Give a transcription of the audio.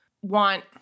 want